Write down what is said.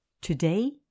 Today